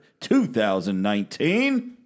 2019